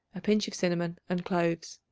a pinch of cinnamon and cloves.